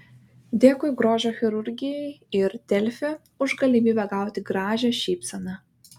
dėkui grožio chirurgijai ir delfi už galimybę gauti gražią šypseną